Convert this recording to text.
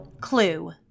Clue